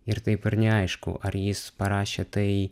ir taip ir neaišku ar jis parašė tai